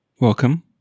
Welcome